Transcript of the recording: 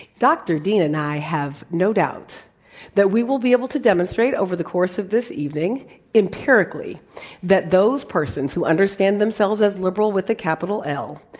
dr. dean and i have no doubt that we will be able to demonstrate over the course of this evening empirically that those persons who understand themselves as liberal, with a capital l,